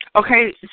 Okay